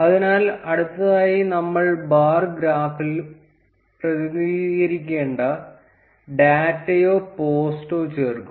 അതിനാൽ അടുത്തതായി നമ്മൾ ബാർ ഗ്രാഫിൽ പ്രതിനിധീകരിക്കേണ്ട ഡാറ്റയോ പോസ്റ്റോ ചേർക്കും